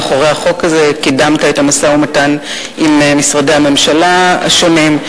קידמת את המשא-ומתן עם משרדי הממשלה השונים.